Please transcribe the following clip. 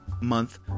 month